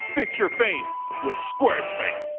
fix your face with squarespace!